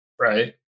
Right